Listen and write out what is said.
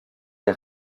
les